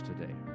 today